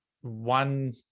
one